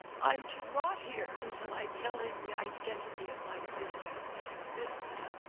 i'm to rot here until i tell him the identity of my visitor and his business.